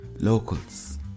Locals